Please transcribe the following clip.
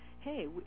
hey